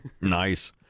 Nice